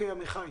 תודה, עמיחי.